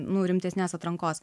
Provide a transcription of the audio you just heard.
nu rimtesnės atrankos